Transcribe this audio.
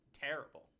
terrible